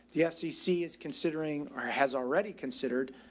the fcc is considering or has already considered,